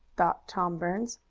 thought tom burns.